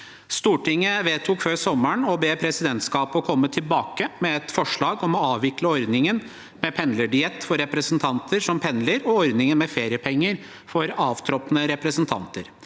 Stortinget vedtok før sommeren å be presidentskapet komme tilbake med et forslag om å avvikle ordningen med pendlerdiett for representanter som pendler, og ordningen med feriepenger for avtroppende representanter.